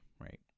right